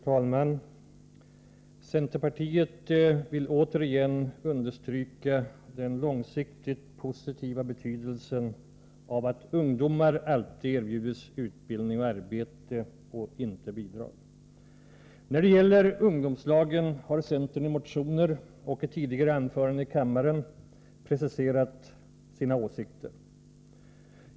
Fru talman! Centerpartiet vill återigen understryka den långsiktigt positiva betydelsen av att ungdomar alltid erbjuds utbildning och arbete och inte bidrag. När det gäller ungdomslagen har vi inom centern i motioner och tidigare anföranden i kammaren preciserat centerns åsikter.